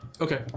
Okay